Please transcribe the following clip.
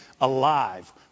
alive